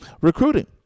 recruiting